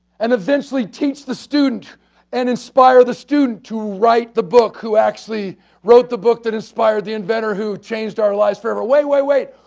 and eventually teach the student and inspire the student to write the book, who actually wrote the book that inspired the inventor who changed our lives forever? wait, wait.